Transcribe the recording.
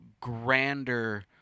grander